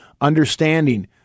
Understanding